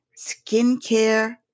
skincare